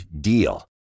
DEAL